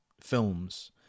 films